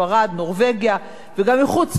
וגם מחוץ לאירופה: יפן,